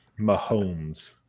Mahomes